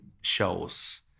shows